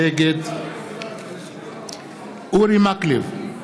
נגד אורי מקלב,